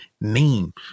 name